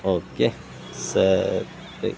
okay ಸರಿ